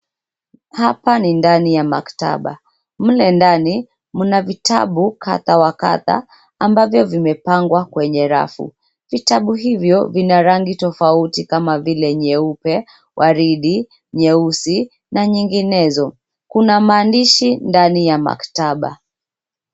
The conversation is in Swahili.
Hapa ni ndani ya maktaba. Mle ndani mna vitabu kadha wa kadha ambavyo vimepagwa kwenye rafu. Vitabu hivyo vina rangi tofauti kama vile nyeupe, waridi, nyeusi na nyinginezo. Kuna maandishi ndani ya maktaba.